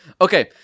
Okay